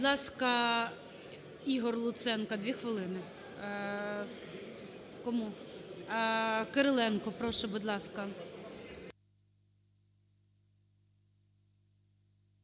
Будь ласка, Ігор Луценко, 2 хвилини. Кому? Кириленко, прошу будь ласка.